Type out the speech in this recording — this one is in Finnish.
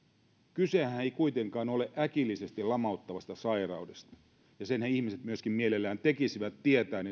kysehän ei kuitenkaan ole äkillisesti lamauttavasta sairaudesta ja senhän ihmiset myöskin mielellään tekisivät tietäen